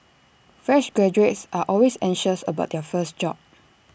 fresh graduates are always anxious about their first job